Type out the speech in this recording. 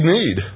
need